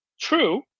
true